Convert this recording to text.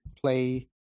play